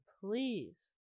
please